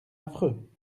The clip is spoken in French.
affreux